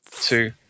two